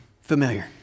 familiar